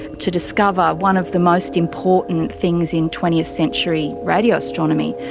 to discover one of the most important things in twentieth century radio astronomy,